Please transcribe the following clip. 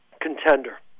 Contender